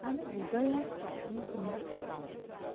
મને ગૂગલના સ્ટોકની કિંમત બતાવો